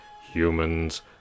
humans